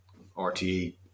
rte